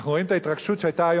אנחנו רואים את ההתרגשות שהיתה היום